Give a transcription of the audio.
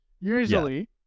usually